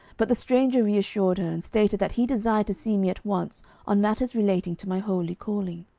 but the stranger reassured her, and stated that he desired to see me at once on matters relating to my holy calling.